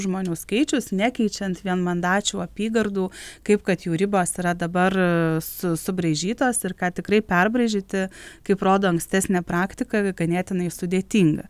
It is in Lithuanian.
žmonių skaičius nekeičiant vienmandačių apygardų kaip kad jų ribos yra dabar su subraižytos ir ką tikrai perbraižyti kaip rodo ankstesnė praktika ganėtinai sudėtinga